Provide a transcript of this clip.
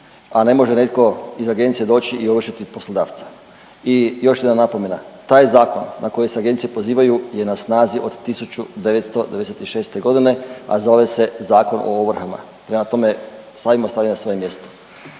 a ne može netko iz agencije doći i ovršiti poslodavca i još jedna napomena. Taj zakon na koji se agencije pozivaju je na snazi od 1996. g., a zove se zakon o ovrhama, prema tome, stavimo stvari na svoje mjesto.